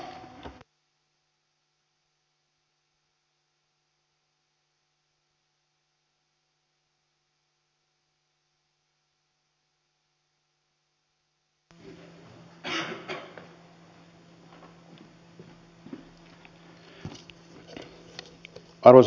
arvoisa herra puhemies